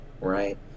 right